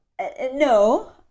no